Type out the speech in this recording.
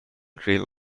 thrill